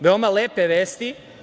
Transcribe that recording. Veoma lepe vesti.